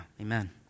amen